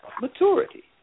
maturity